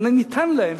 אז ניתן להם,